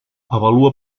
avalua